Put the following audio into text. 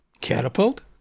Catapult